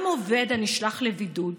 גם עובד הנשלח לבידוד